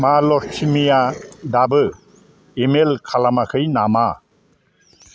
मा लक्समिया दाबो इमेल खालामाखै नामा